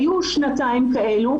היו שנתיים כאלו,